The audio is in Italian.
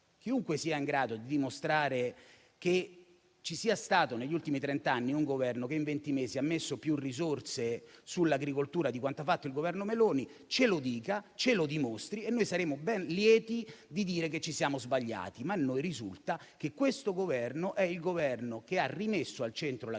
chiunque sia in grado di dimostrare che c'è stato negli ultimi trent'anni un Governo che in venti mesi ha messo più risorse sull'agricoltura di quanto ha fatto il Governo Meloni ce lo dica, ce lo dimostri e noi saremo ben lieti di dire che ci siamo sbagliati. Ma a noi risulta che questo Governo è quello che ha rimesso al centro l'agricoltura